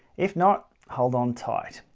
if not, hold on tight.